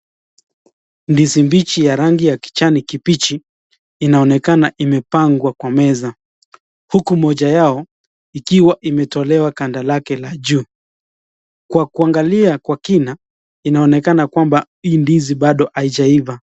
Ndizi mbichi ya rangi ya kijani kibichi inaonekana imepangwa kwa meza huku moja yao ikiwa imetolewa ganda lake la juu. Kwa kuangalia kwa kina, inaonekana kwamba hii ndizi bado haijaiva.